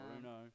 Bruno